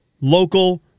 local